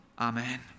Amen